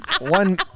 One